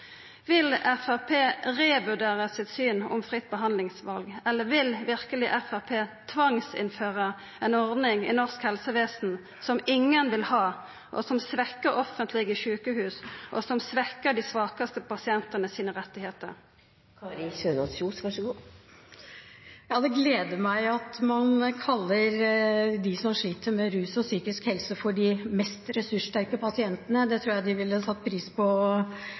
Vil Framstegspartiet revurdera sitt syn om fritt behandlingsval, eller vil verkeleg Framstegspartiet tvangsinnføra ei ordning i norske helsevesen som ingen vil ha, som svekkjer offentlege sjukehus, og som svekjer dei svakaste pasientane sine rettar? Det gleder meg at man kaller dem som sliter med rus og psykiske helseproblemer, de mest ressurssterke pasientene. Det tror jeg de ville satt pris på